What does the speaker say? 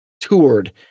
toured